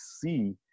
see